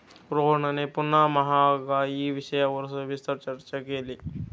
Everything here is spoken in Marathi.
रोहनने पुन्हा महागाई विषयावर सविस्तर चर्चा केली